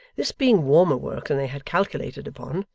this being warmer work than they had calculated upon,